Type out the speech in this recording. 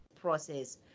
process